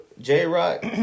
J-Rock